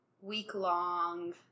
week-long